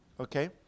Okay